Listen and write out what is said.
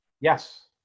Yes